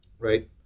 right